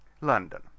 London